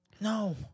No